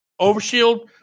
overshield